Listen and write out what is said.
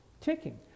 ticking